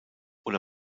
oder